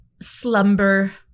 slumber